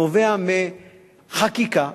נובע מחקיקה,